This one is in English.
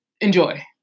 enjoy